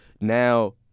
now